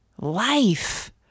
life